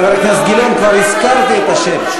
חבר הכנסת גילאון, כבר הזכרתי את השם.